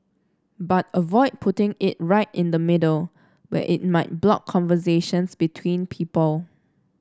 but avoid putting it right in the middle where it might block conversations between people